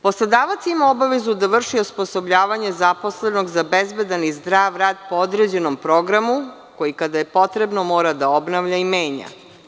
Poslodavac ima obavezu da vrši osposobljavanje zaposlenog za bezbedan i zdrav rad po uređenom programu koji kada je potrebno mora da obnavlja i menja.